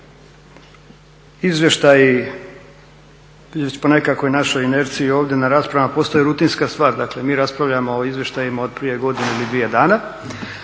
Izvještaji po nekakvom našoj inerciji ovdje na raspravama postaju rutinska stvar, dakle mi raspravljamo o izvještajima od prije godinu ili dvije dana